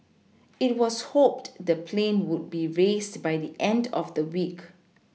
it was hoped the plane would be raised by the end of the week